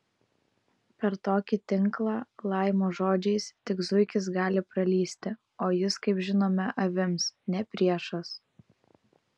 per tokį tinklą laimo žodžiais tik zuikis gali pralįsti o jis kaip žinome avims ne priešas